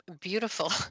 beautiful